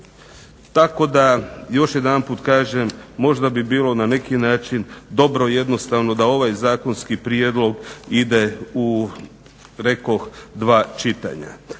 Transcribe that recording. Tako da još jedanput kažem možda bi bilo na neki način dobro jednostavno da ovaj zakonski prijedlog ide u rekoh dva čitanja.